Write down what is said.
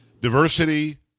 Diversity